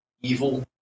evil